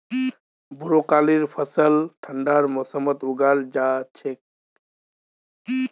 ब्रोकलीर फसलक ठंडार मौसमत उगाल जा छेक